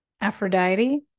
Aphrodite